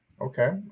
Okay